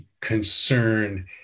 concern